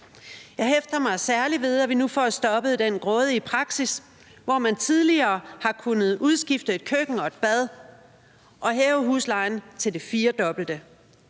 Jeg hæfter mig særlig ved, at vi nu får stoppet den grådige praksis, hvor man tidligere har kunnet udskifte et køkken og et bad og så hæve huslejen til det firedobbelte.